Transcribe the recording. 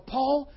Paul